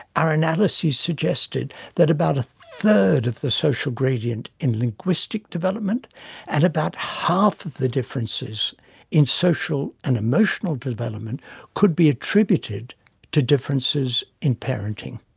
our analyses suggested that about a third of the social gradient in linguistic development and about half of the differences in social and emotional development could be attributed to differences in parenting.